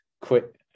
quit